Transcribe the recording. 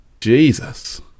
Jesus